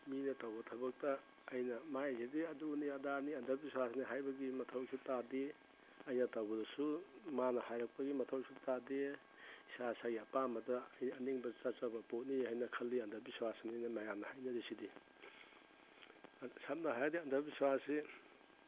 ꯃꯤꯅ ꯇꯧꯕ ꯊꯕꯛꯇ ꯑꯩꯅ ꯃꯥꯏꯁꯤꯗꯤ ꯑꯗꯨꯅꯤ ꯑꯗꯥꯅꯤ ꯑꯟꯗꯕꯤꯁ꯭ꯋꯥꯁꯅꯤ ꯍꯥꯏꯕꯒꯤ ꯃꯊꯧꯁꯨ ꯇꯥꯗꯦ ꯑꯩꯅ ꯇꯧꯕꯗꯁꯨ ꯃꯥꯅ ꯍꯥꯏꯔꯛꯄꯒꯤ ꯃꯊꯧꯁꯨ ꯇꯥꯗꯦ ꯏꯁꯥ ꯏꯁꯥꯒꯤ ꯑꯄꯥꯝꯕꯗ ꯑꯩ ꯑꯅꯤꯡꯕ ꯆꯠꯆꯕ ꯄꯣꯠꯅꯤ ꯍꯥꯏꯅ ꯈꯜꯂꯤ ꯑꯟꯗꯕꯤꯁ꯭ꯋꯥꯁꯅꯤꯅ ꯃꯌꯥꯝꯅ ꯍꯥꯏꯅꯔꯤꯁꯤꯗꯤ ꯁꯝꯅ ꯍꯥꯏꯔꯗꯤ ꯑꯟꯗꯕꯤꯁ꯭ꯋꯥꯁꯁꯤ